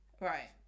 right